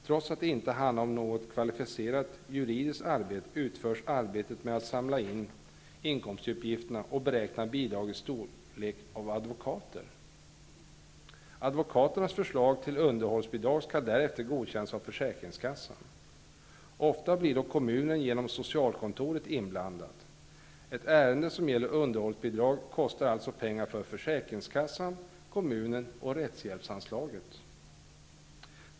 Trots att det inte handlar om något kvalificerat juridiskt arbete utförs arbetet med att samla in inkomstuppgifter och beräkna bidragets storlek av advokater. Advokaternas förslag till underhållsbidrag skall därefter godkännas av försäkringskassan. Ofta blir då kommunen genom socialkontoret inblandad. Ett ärende som gäller underhållsbidrag kostar alltså pengar för försäkringskassan, kommunen och belastar rättshjälpsanslaget.